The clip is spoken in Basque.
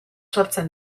sortzen